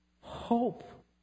hope